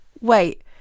Wait